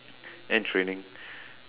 and training